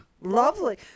lovely